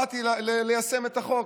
באתי ליישם את החוק,